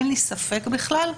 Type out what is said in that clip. אין לי ספק בכלל,